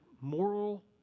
moral